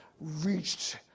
reached